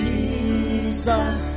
Jesus